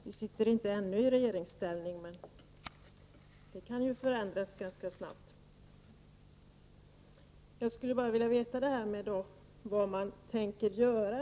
Vi sitter inte i regeringställning än, men det kan ju bli en förändring ganska snart. Jag skulle bara vilja veta vad man tänker göra.